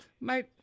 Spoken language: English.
Mate